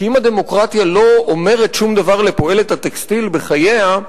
כי אם הדמוקרטיה לא אומרת שום דבר לפועלת הטקסטיל בחייה,